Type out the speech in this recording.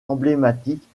emblématiques